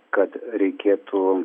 kad reikėtų